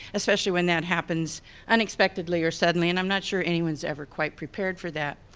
especially when that happens unexpectedly or suddenly. and i'm not sure anyone's ever quite prepared for that.